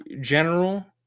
general